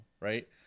right